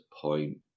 point